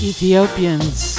Ethiopians